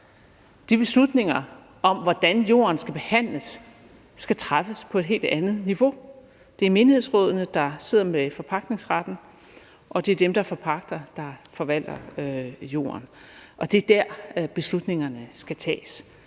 De beslutninger om, hvordan jorden skal behandles, skal træffes på et helt andet niveau. Det er menighedsrådene, der sidder med forpagtningsretten, og det er dem, der er forpagtere, der forvalter jorden. Det er der, beslutningerne skal tages.